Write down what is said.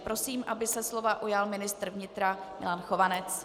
Prosím, aby se slova ujal ministr vnitra Milan Chovanec.